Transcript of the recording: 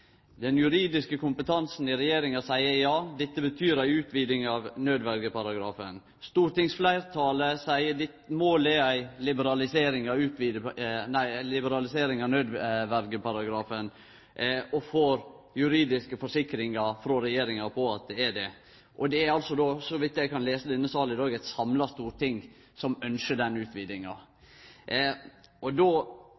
Den juridiske kompetansen i regjeringa seier at dette betyr ei utviding av nødverjeparagrafen. Stortingsfleirtalet seier at målet er ei liberalisering av nødverjeparagrafen og får juridiske forsikringar frå regjeringa om at det er det. Og då er det altså, så vidt eg kan lese denne salen i dag, eit samla storting som ynskjer den utvidinga.